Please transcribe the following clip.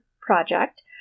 project